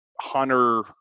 Hunter